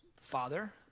Father